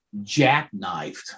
jackknifed